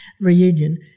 reunion